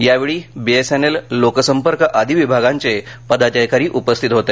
यावेळी B S N L लोकसंपर्क आदी विभागांचे पदाधिकारी उपस्थित होते